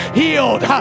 healed